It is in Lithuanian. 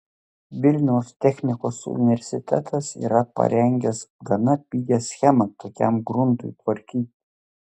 vilniaus technikos universitetas yra parengęs gana pigią schemą tokiam gruntui tvarkyti